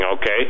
okay